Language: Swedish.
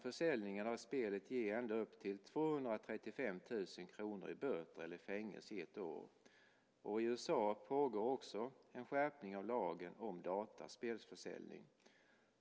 Försäljningen av spelet kan ge upp till 235 000 kr i böter eller fängelse i ett år. I USA pågår också en skärpning av lagen om datorspelsförsäljning.